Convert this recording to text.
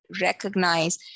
recognize